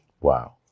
Wow